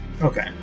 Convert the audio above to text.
Okay